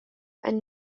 and